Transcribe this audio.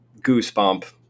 goosebump